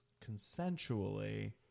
consensually